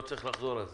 לא צריך לחזור על זה.